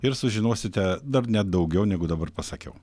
ir sužinosite dar net daugiau negu dabar pasakiau